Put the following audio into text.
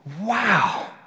wow